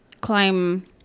climb